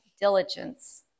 diligence